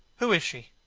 who is she?